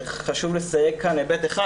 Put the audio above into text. חשוב לסייג כאן היבט אחד,